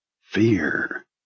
fear